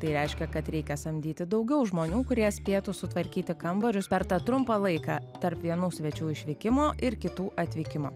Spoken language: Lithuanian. tai reiškia kad reikia samdyti daugiau žmonių kurie spėtų sutvarkyti kambarius per tą trumpą laiką tarp vienų svečių išvykimo ir kitų atvykimo